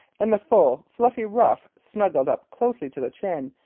and the full fluffy ruff snuggled up closely to the chin,